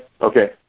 Okay